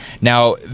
now